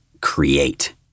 create